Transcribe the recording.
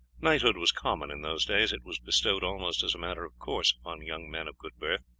knighthood was common in those days it was bestowed almost as a matter of course upon young men of good birth,